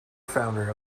founder